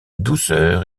douceur